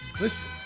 listen